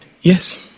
Yes